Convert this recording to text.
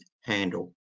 handle